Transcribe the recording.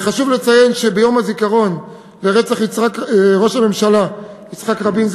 חשוב לציין שביום הזיכרון ראש הממשלה יצחק רבין,